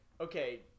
okay